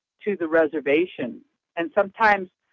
to the reservation and sometimes,